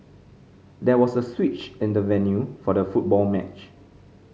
there was a switch in the venue for the football match